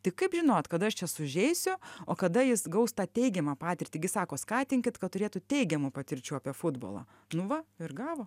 tai kaip žinot kada aš čia sužeisiu o kada jis gaus tą teigiamą patirtį gi sako skatinkit kad turėtų teigiamų patirčių apie futbolą nu va ir gavo